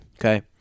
Okay